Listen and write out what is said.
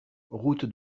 route